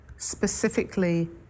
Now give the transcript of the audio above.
specifically